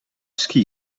ski